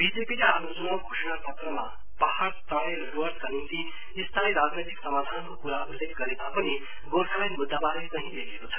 बीजेपीले आफ्नो चुनाउ घोषणा पत्रमा पहाइ तराई र डुवर्सका निम्ति स्थायी राजनैतिक समाधानको कुरा उल्लेख गरे तापनि गोर्खाल्याण्ड मुद्धबारे कहाँ लेखेको छ